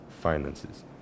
finances